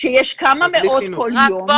כשיש כמה מאות כל יום,